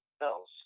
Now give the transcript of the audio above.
else